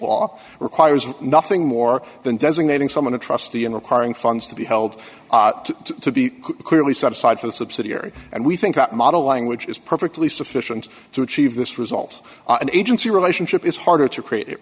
law requires nothing more than designating someone a trustee and requiring funds to be held to be clearly set aside for the subsidiary and we think that model language is perfectly sufficient to achieve this result an agency relationship is harder to create it